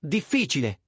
Difficile